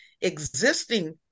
existing